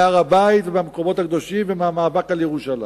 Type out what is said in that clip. מהר-הבית, מהמקומות הקדושים ומהמאבק על ירושלים.